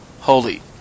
holy